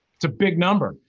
it's a big number.